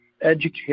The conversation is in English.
educate